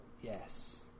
yes